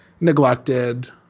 neglected